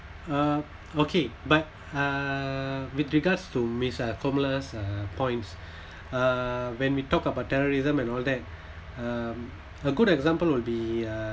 uh okay but uh with regards to miss fong lai uh points when we talk about terrorism and all that uh a good example will be uh